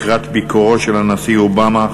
לקראת ביקורו של הנשיא אובמה,